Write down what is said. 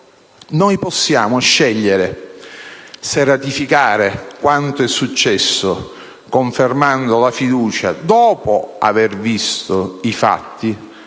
Possiamo scegliere se ratificare quanto è successo, confermando la fiducia dopo aver visto i fatti